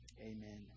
Amen